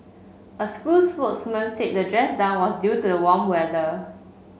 a school spokesman said the dress down was due to the warm weather